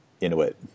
Inuit